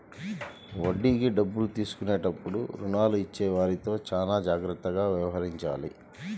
వడ్డీకి డబ్బులు తీసుకున్నప్పుడు రుణాలు ఇచ్చేవారితో చానా జాగ్రత్తగా వ్యవహరించాలి